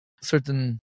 certain